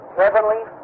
heavenly